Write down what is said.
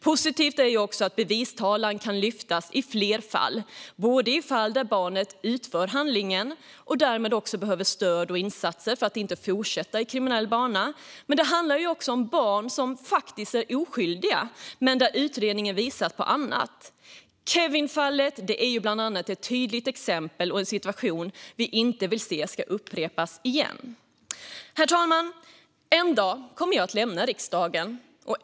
Positivt är också att bevistalan ska kunna lyftas i fler fall. Det handlar om fall där barnet utfört handlingen och därmed behöver stöd och insatser för att inte fortsätta i en kriminell bana, men det handlar också om fall där barnet faktiskt är oskyldigt men där utredningen visat på annat. Kevinfallet är ett tydligt exempel på en situation vi inte vill se upprepas igen. Herr talman! En dag kommer jag att lämna riksdagen.